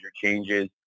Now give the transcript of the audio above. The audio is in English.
changes